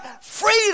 freedom